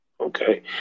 okay